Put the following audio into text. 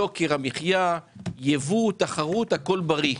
יוקר המחיה, ייבוא, תחרות הכול בריא.